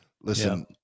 listen